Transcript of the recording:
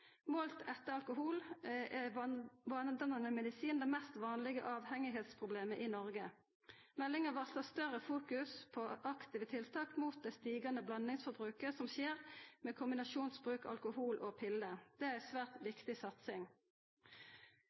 Målt etter alkohol er vanedannande medisin det mest vanlege avhengigheitsproblemet i Noreg. Meldinga varslar større fokus på og aktive tiltak mot det stigande blandingsforbruket som skjer med kombinasjonsbruk av alkohol og pillar. Dette er ei svært viktig satsing.